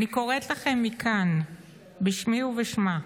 אני קוראת לכם מכאן בשמי ובשמה: